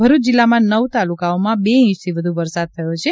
ભરૂચ જિલ્લામાં નવ તાલુકાઓમાં બે ઇંચથી વધુ વરસાદ થયો છે